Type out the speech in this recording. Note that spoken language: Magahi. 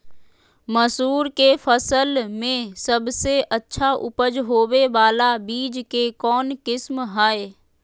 मसूर के फसल में सबसे अच्छा उपज होबे बाला बीज के कौन किस्म हय?